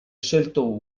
scelto